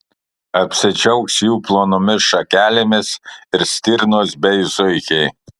apsidžiaugs jų plonomis šakelėmis ir stirnos bei zuikiai